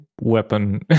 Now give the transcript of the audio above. weapon